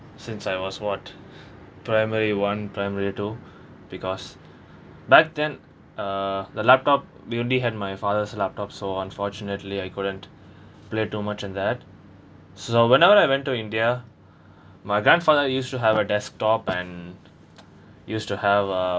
since I was what primary one primary two because back then uh the laptop they only had my father's laptop so unfortunately I couldn't play too much and that so whenever I went to india my grandfather used to have a desktop and used to have a